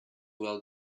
well